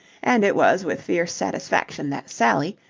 and it was with fierce satisfaction that sally,